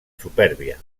supèrbia